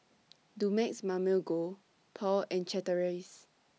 Dumex Mamil Gold Paul and Chateraise